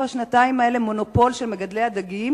השנתיים האלה מונופול של מגדלי הדגים,